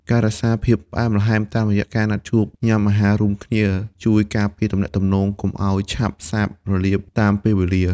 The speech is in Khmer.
ការរក្សាភាពផ្អែមល្ហែមតាមរយៈការណាត់ជួបញ៉ាំអាហាររួមគ្នា ជួយការពារទំនាក់ទំនងកុំឱ្យឆាប់សាបរលាបតាមពេលវេលា។